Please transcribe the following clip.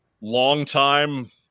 longtime